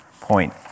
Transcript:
point